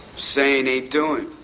saying ain't doing.